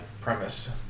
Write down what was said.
premise